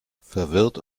verwirrt